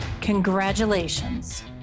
Congratulations